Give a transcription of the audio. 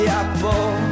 apple